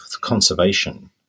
conservation